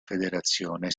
federazione